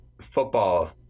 football